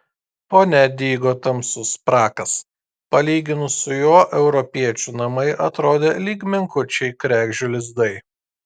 fone dygo tamsus prakas palyginus su juo europiečių namai atrodė lyg menkučiai kregždžių lizdai